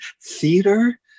theater